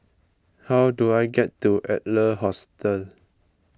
how do I get to Adler Hostel